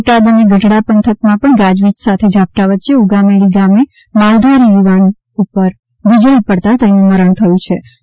બોટાદ અને ગઢડા પંથક માં પણ ગાજવીજ સાથે ઝાપટાં વચ્ચે ઉગામેડી ગામે માલધારી યુવાન ઉપર વીજળી પડતાં તેનું મરણ થયુ છિ